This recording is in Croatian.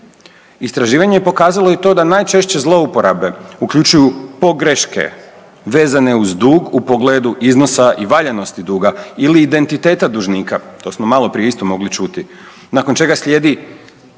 Istraživanje je pokazalo i to da najčešće zlouporabe uključuju pogreške vezane uz dug u pogledu iznosa i valjanosti duga ili identiteta dužnika, to smo maloprije isto mogli čuti, nakon čega slijedi,